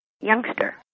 youngster